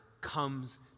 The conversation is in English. comes